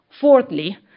Fourthly